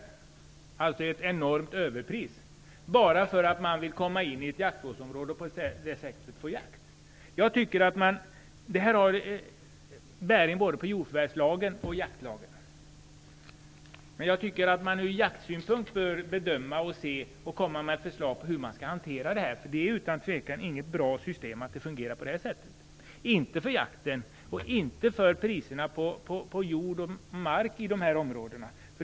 Man betalar alltså ett enormt överpris för att få komma in i ett jaktvårdsområde och därmed ha möjlighet att jaga. Detta har bäring både på jordförvärvslagen och på jaktlagen. Jag tycker att man skall lägga fram ett förslag till hur detta skall hanteras ur jaktsynpunkt. Det är inte bra att det fungerar på det här sättet, varken för jakten eller för markpriserna.